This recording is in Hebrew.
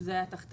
שזה היה תחתיו.